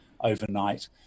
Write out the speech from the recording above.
overnight